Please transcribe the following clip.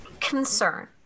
concern